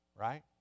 Right